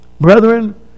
brethren